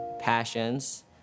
passions